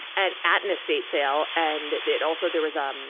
at at an estate sale and it also there was, um,